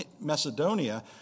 Macedonia